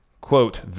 quote